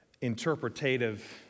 interpretative